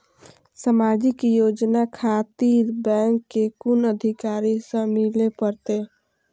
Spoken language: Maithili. समाजिक योजना खातिर बैंक के कुन अधिकारी स मिले परतें?